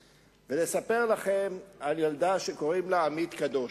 ולספר לכם על ילדה שקוראים לה עמית קדוש.